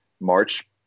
March